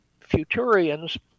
Futurians